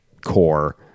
core